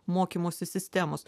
mokymosi sistemos